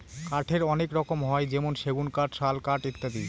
কাঠের অনেক রকম হয় যেমন সেগুন কাঠ, শাল কাঠ ইত্যাদি